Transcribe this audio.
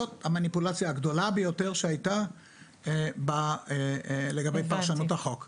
זאת המניפולציה הגדולה ביותר שהייתה לגבי פרשנות החוק.